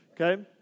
Okay